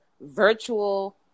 virtual